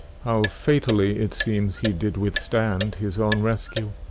how fatally, it seems, he did withstand his own rescue!